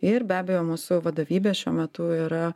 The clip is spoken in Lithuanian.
ir be abejo mūsų vadovybė šiuo metu yra